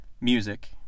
music